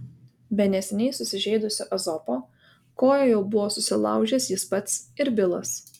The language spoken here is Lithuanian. be neseniai susižeidusio ezopo koją jau buvo susilaužęs jis pats ir bilas